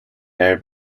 air